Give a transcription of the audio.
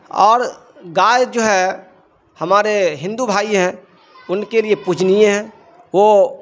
اور گائے جو ہے ہمارے ہندو بھائی ہیں ان کے لیے پوجنیے ہے وہ